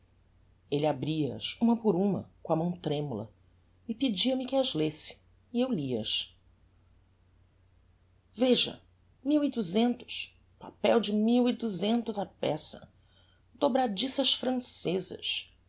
terreno elle abria as uma por uma com a mão tremula e pedia-me que as lesse e eu lia as veja mil e duzentos papel de mil e duzentos a peça dobradiças francezas